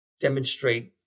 demonstrate